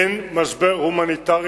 אין משבר הומניטרי